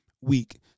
week